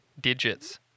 digits